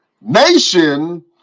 Nation